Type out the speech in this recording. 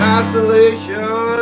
isolation